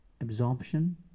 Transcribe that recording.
absorption